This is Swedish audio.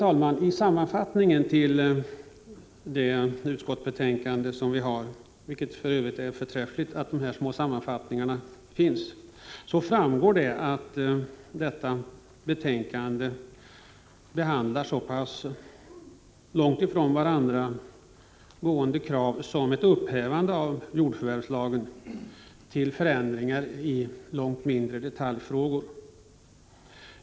Av sammanfattningen till det utskottsbetänkande som vi nu behandlar — det är för övrigt förträffligt att man gör dessa små sammanfattningar — framgår att betänkandet behandlar så pass långt ifrån varandra gående krav som krav på ett upphävande av jordförvärvslagen och krav på förändringar i betydligt mindre detaljfrågor.